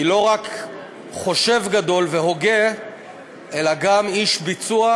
כי הוא לא היה רק חושב והוגה גדול אלא היה גם איש ביצוע: